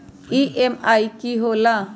EMI की होला?